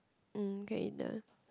mm we can eat there